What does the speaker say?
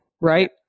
right